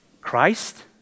Christ